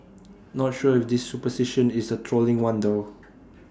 not sure if this superstition is A trolling one though